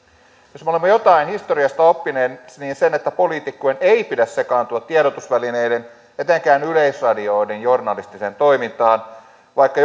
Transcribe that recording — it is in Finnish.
jos me olemme jotain historiasta oppineet niin sen että poliitikkojen ei pidä sekaantua tiedotusvälineiden etenkään yleisradion journalistiseen toimintaan vaikka